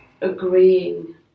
agreeing